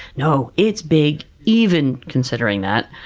no. it's big even considering that,